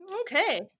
Okay